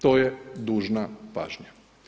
To je dužna pažnja.